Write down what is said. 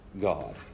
God